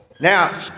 Now